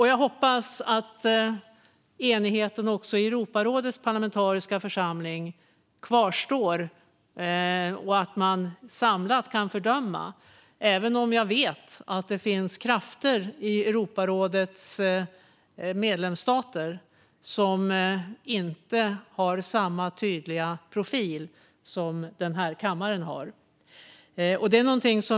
Jag hoppas att enigheten också i Europarådets parlamentariska församling kvarstår och att man samlat kan fördöma kriget, även om jag vet att det finns krafter i Europarådets medlemsstater som inte har samma tydliga profil som den här kammaren.